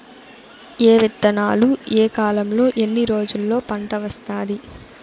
ఏ విత్తనాలు ఏ కాలంలో ఎన్ని రోజుల్లో పంట వస్తాది?